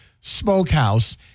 Smokehouse